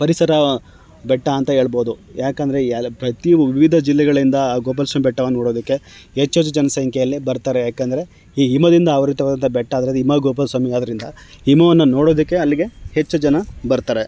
ಪರಿಸರ ಬೆಟ್ಟ ಅಂತ ಹೇಳ್ಬೋದು ಯಾಕೆಂದ್ರೆ ಪ್ರತಿ ವಿವಿಧ ಜಿಲ್ಲೆಗಳಿಂದ ಆ ಗೋಪಾಲ ಸ್ವಾಮಿ ಬೆಟ್ಟವನ್ನ ನೋಡೋದಕ್ಕೆ ಹೆಚ್ಚು ಹೆಚ್ಚು ಜನಸಂಖ್ಯೆಯಲ್ಲಿ ಬರ್ತಾರೆ ಯಾಕೆಂದ್ರೆ ಈ ಹಿಮದಿಂದ ಆವೃತ್ತವಾದ ಬೆಟ್ಟ ಅದು ಹಿಮವದ್ ಗೋಪಾಲ ಸ್ವಾಮಿ ಆದ್ದರಿಂದ ಹಿಮವನ್ನು ನೋಡೋದಕ್ಕೆ ಅಲ್ಲಿಗೆ ಹೆಚ್ಚು ಜನ ಬರ್ತಾರೆ